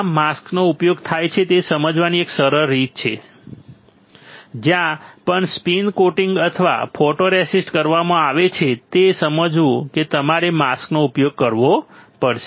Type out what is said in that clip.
કેટલા માસ્કનો ઉપયોગ થાય છે તે સમજવાની એક સરળ રીત જ્યાં પણ સ્પિન કોટિંગ અથવા ફોટોરેસિસ્ટ કરવામાં આવે છે તે સમજવું કે તમારે માસ્કનો ઉપયોગ કરવો પડશે